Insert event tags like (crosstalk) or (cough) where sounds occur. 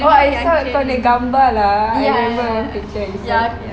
oh I saw kau ambil gambar lah (noise)